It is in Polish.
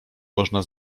można